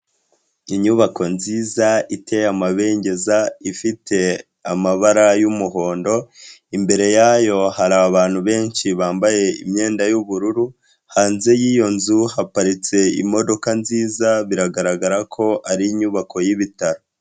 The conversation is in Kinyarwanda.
Inyubako nziza iteye amabengeza ifite amabara y'umuhondo, imbere yayo hari abantu benshi bambaye imyenda y'ubururu, hanze yiyo nzu haparitse imodoka nziza biragaragara ko ari inyubako y'ibitaro.